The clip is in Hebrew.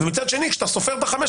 ומצד שני כשאתה סופר את החמש,